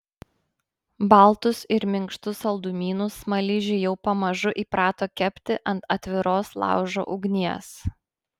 baltus ir minkštus saldumynus smaližiai jau pamažu įprato kepti ant atviros laužo ugnies